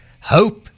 hope